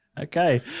Okay